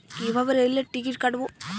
কিভাবে রেলের টিকিট কাটব?